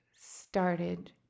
started